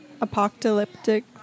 apocalyptic